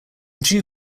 due